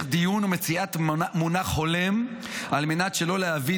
דיון ומציאת מונח הולם על מנת שלא להביא,